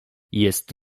jest